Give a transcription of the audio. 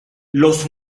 los